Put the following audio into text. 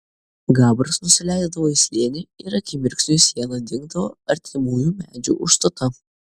gabras nusileisdavo į slėnį ir akimirksniui siena dingdavo artimų medžių užstota